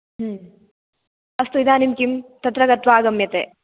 अस्तु इदानीं किं तत्र गत्वा आगम्यते